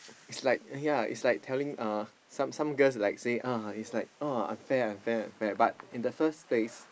it's like yea it's like telling uh some some girls like say uh it's like oh unfair unfair but in the first place